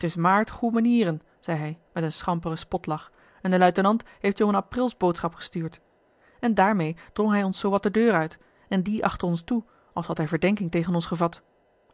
t is maart goê mannen zeî hij met een schamperen spotlach en de luitenant heeft je om een aprilsboodschap gestuurd en daarmeê drong hij ons zoo wat de deur uit en die achter ons toe als had hij verdenking tegen ons gevat